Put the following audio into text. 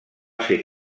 ser